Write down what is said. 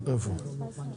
אולי